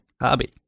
Hobby